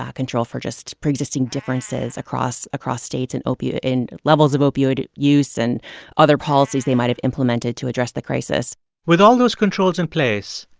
um control for just pre-existing differences across across states and in levels of opioid use and other policies they might have implemented to address the crisis with all those controls in place,